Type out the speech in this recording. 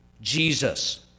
Jesus